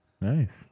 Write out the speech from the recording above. Nice